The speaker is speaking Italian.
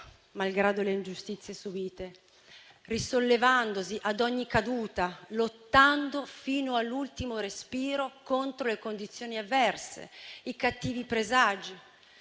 malgrado le ingiustizie subite, risollevandosi ad ogni caduta, lottando fino all'ultimo respiro contro le condizioni avverse, i cattivi presagi,